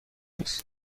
است